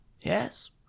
Yes